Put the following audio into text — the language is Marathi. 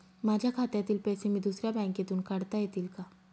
माझ्या खात्यातील पैसे मी दुसऱ्या बँकेतून काढता येतील का?